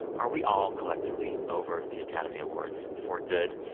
are we all collectively over the academy awards for good?